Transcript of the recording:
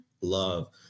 love